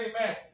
Amen